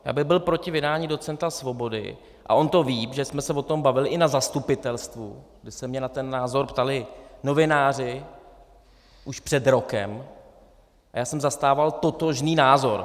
Já bych byl proti vydání docenta Svobody a on to ví, protože jsme se o tom bavili i na zastupitelstvu, kde se mě na ten názor ptali novináři už před rokem, a já jsem zastával totožný názor.